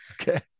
Okay